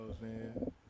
man